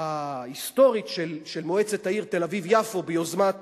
ההיסטורית של מועצת העיר תל-אביב יפו ביוזמת